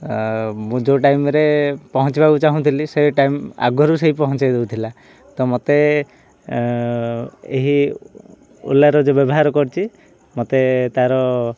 ଆଉ ମୁଁ ଯେଉଁ ଟାଇମ୍ରେ ପହଞ୍ଚିବାକୁ ଚାହୁଁଥିଲି ସେ ଟାଇମ୍ ଆଗରୁ ସେ ପହଞ୍ଚାଇ ଦଉଥିଲା ତ ମୋତେ ଏହି ଓଲାର ଯେଉଁ ବ୍ୟବହାର କରିଛି ମୋତେ ତା'ର